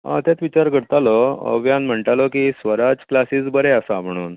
हय तोच विचार करतालो अवयान म्हणटालो की स्वराज क्लासीस बरे आसा म्हणून